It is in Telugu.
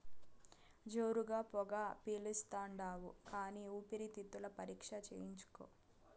జోరుగా పొగ పిలిస్తాండావు కానీ ఊపిరితిత్తుల పరీక్ష చేయించుకో